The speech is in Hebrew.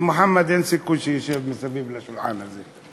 כי מוחמד אין סיכוי שישב ליד השולחן הזה.